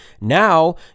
Now